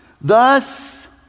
thus